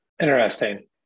Interesting